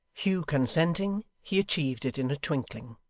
hugh consenting, he achieved it in a twinkling.